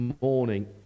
morning